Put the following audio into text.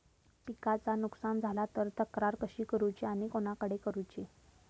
पिकाचा नुकसान झाला तर तक्रार कशी करूची आणि कोणाकडे करुची?